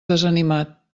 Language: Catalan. desanimat